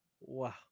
Wow